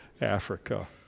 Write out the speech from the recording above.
Africa